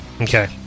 Okay